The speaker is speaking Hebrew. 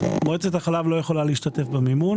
לא יכולה להשתתף במימון.